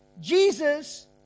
Jesus